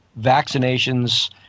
vaccinations